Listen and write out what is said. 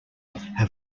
have